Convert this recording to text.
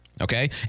Okay